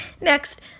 Next